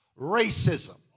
racism